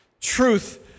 truth